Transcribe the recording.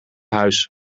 huis